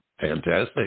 Fantastic